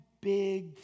big